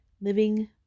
living